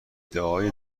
ادعای